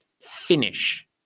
Finish